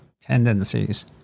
tendencies